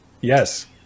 Yes